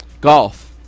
golf